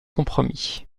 compromis